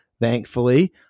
Thankfully